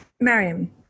mariam